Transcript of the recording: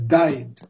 died